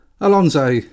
Alonso